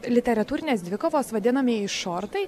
literatūrinės dvikovos vadinamieji šortai